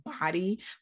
body